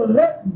let